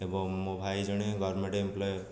ଏବଂ ମୋ ଭାଇ ଜଣେ ଗଭର୍ଣ୍ଣମେଣ୍ଟ୍ ଏମ୍ପ୍ଲୋଇ